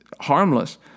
harmless